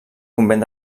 convent